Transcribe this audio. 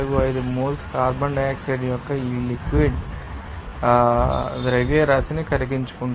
00145 moles carbon dioxide యొక్క ఈ liquid ్యరాశిని కరిగించుకుంటుంది